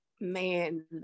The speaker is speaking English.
Man